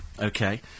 Okay